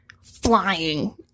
flying